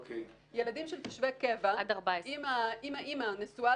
ילדים של תושבי קבע אם האימא נשואה